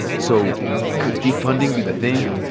so could defunding be the thing